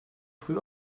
früh